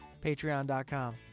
Patreon.com